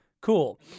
Cool